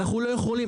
אנחנו לא יכולים,